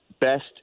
best